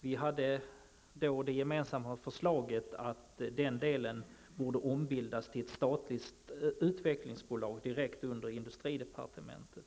Enligt vårt gemensamma förslag borde den delen ombildas till ett statligt utvecklingsbolag, direkt under industridepartementet.